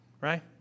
Right